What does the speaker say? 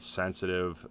sensitive